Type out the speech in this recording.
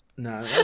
No